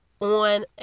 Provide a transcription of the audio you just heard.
on